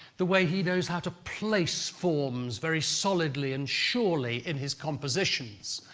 the way he knows how to place forms very solidly and surely in his compositions.